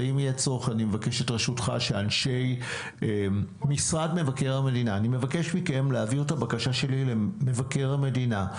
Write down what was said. אני מבקש את רשותך שאנשי משרד מבקר המדינה יגישו בקשה שלי למבקר המדינה.